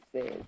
says